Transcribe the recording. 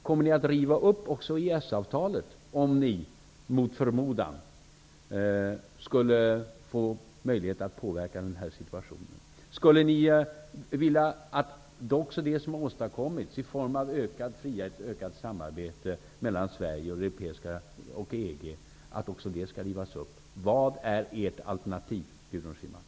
Kommer ni att riva upp också EES-avtalet om ni, mot förmodan, skulle få möjlighet att påverka den här situationen? Skulle ni vilja att även det som har åstadkommits i form av ökad frihet och ökat samarbete mellan Sverige och EG skall rivas upp? Vad är ert altenativ, Gudrun Schyman?